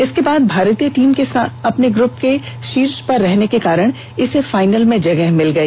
इसर्के बाद भारतीय टीम के अपने ग्रूप में शीर्ष पर रहने के कारण इसे फाइनल में जगह मिल गई